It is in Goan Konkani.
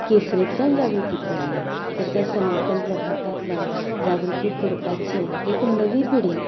केसरींतल्यान जागृती केल्ली तशें सनातन प्रभातांतल्यान जागृती करपाचें एक नवी पिढी